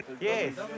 Yes